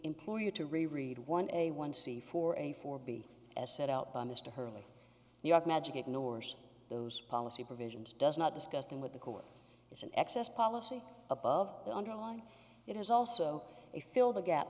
employ you to re read one a one c four a four b as set out by mr hurley you have magic ignores those policy provisions does not discuss them with the court is an excess policy above the underlying it is also a fill the gap